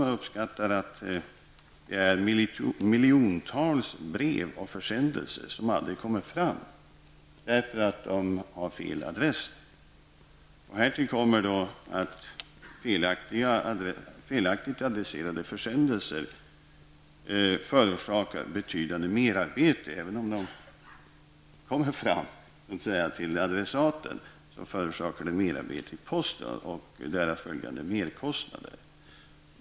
Man uppskattar att det är miljontals brev och försändelser som aldrig kommer fram därför att de har fel adresser. Härtill kommer att felaktigt adresserade försändelser förorsakar betydande merarbete. Även om de kommer fram till adressaten, förorsakar de merarbete inom posten och därav följer merkostnader.